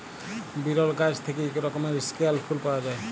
বিরল গাহাচ থ্যাইকে ইক রকমের ইস্কেয়াল ফুল পাউয়া যায়